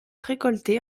récoltés